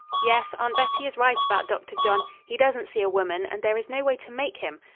yes, aunt bettie is right about dr. john he doesn't see a woman, and there is no way to make him.